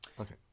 Okay